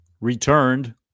returned